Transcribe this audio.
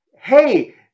hey